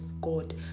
god